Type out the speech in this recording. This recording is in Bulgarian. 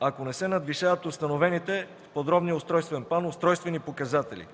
ако не се надвишават установените в подробния устройствен план устройствени показатели